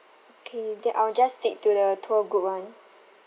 okay then I will just stick to the tour group [one]